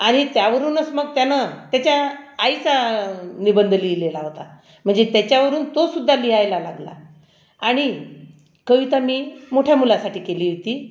आणि त्यावरूनच मग त्यानं त्याच्या आईचा निबंध लिहिलेला होता म्हणजे त्याच्यावरून तो सुद्धा लिहायला लागला आणि कविता मी मोठ्या मुलासाठी केली होती